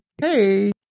hey